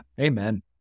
Amen